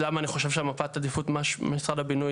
למה אני חושב שמפת עדיפות משרד הבינוי